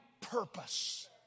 purpose